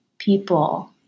people